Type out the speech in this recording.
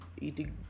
eating